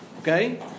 Okay